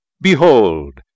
Behold